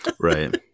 right